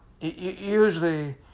Usually